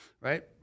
right